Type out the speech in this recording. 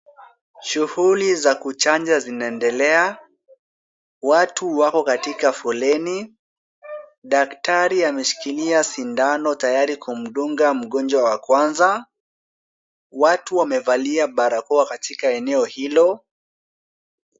Shughuli za kuchanja zinaendelea. Watu wako katika foleni. Daktari ameshikiria sindano tayari kumdunga mgonjwa wa kwanza. Watu wamevalia barakoa katika eneo hilo.